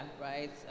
right